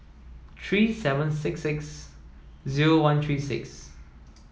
three seven six six zero one three six